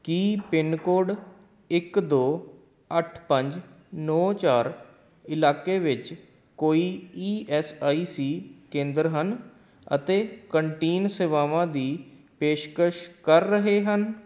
ਕੀ pin code ਇੱਕ ਦੋ ਅੱਠ ਪੰਜ ਨੌ ਚਾਰ ਇਲਾਕੇ ਵਿੱਚ ਕੋਈ ਈ ਐਸ ਆਈ ਸੀ ਕੇਂਦਰ ਹਨ ਅਤੇ ਕੰਟੀਨ ਸੇਵਾਵਾਂ ਦੀ ਪੇਸ਼ਕਸ਼ ਕਰ ਰਹੇ ਹਨ